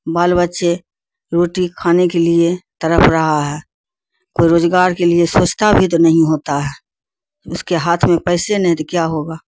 بال بچے روٹی کھانے کے لیے تڑپ رہا ہے کوئی روزگار کے لیے سوچتا بھی تو نہیں ہوتا ہے اس کے ہاتھ میں پیسے نہیں تو کیا ہوگا